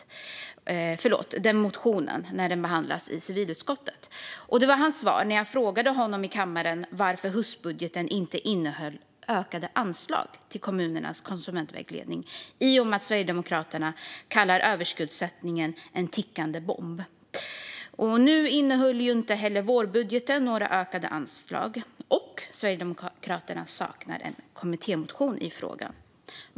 Det var hans svar när jag, mot bakgrund av att Sverigedemokraterna kallar överskuldsättningen för en tickande bomb, frågade honom här i kammaren varför höstbudgeten inte innehöll ökade anslag till kommunernas konsumentvägledning. Inte heller vårbudgeten innehöll några ökade anslag, och Sverigedemokraterna saknar en kommittémotion i frågan.